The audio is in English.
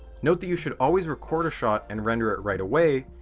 note that you should always record a shot, and render it right away,